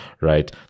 right